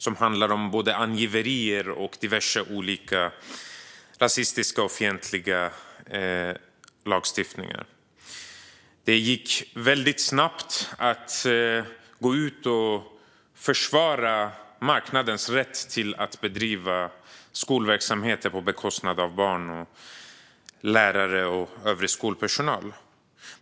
Det handlar om både angiveri och diverse rasistiska och fientliga lagstiftningar. Det gick väldigt snabbt att gå ut och försvara marknadens rätt att bedriva skolverksamhet på bekostnad av barn, lärare och övrig skolpersonal.